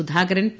Sudhakaran P